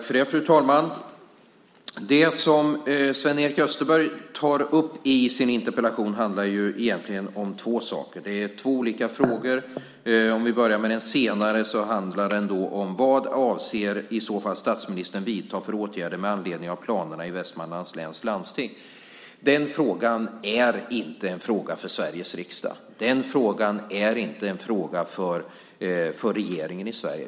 Fru talman! Det som Sven-Erik Österberg tar upp i sin interpellation handlar egentligen om två saker, två olika frågor. Vi kan börja med den senare frågan: Vad avser i så fall statsministern att vidta för åtgärder med anledning av planerna i Västmanlands läns landsting? Den frågan är inte en fråga för Sveriges riksdag. Den frågan är inte en fråga för regeringen i Sverige.